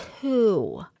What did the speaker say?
two